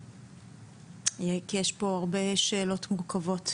כי יש פה הרבה שאלות מורכבות.